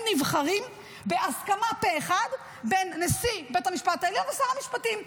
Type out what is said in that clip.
הם נבחרים בהסכמה פה אחד בין נשיא בית המשפט העליון לשר המשפטים.